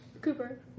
Cooper